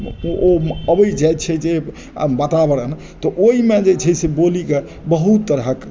ओ अबै जाइ छै जे आ वातावरण तऽ ओहिमे जे छै से बोली के बहुत तरहक